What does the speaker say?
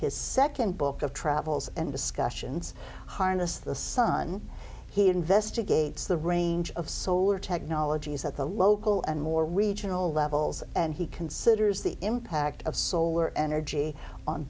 his second book of travels and discussions harness the sun he investigates the range of solar technologies at the local and more regional levels and he considers the impact of solar energy on